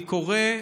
אני קורא,